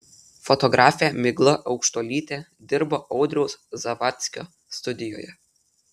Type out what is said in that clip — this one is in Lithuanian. fotografė migla aukštuolytė dirbo audriaus zavadskio studijoje